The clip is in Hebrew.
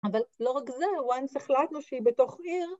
אבל לא רק זה, once החלטנו שהיא בתוך עיר.